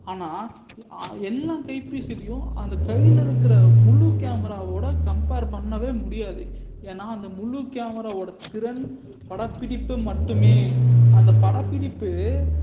ஆனால் எல்லா கைபேசிலேயும் அந்த கையில் இருக்கிற முழு கேமராவோடு கம்பேர் பண்ணவே முடியாது ஏன்னா அந்த முழு கேமராவோட திறன் படப்பிடிப்பு மட்டுமே அந்த படப்பிடிப்பு